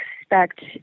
expect